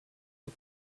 the